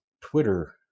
Twitter